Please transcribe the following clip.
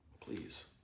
please